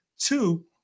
Two